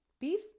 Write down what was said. beef